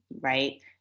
right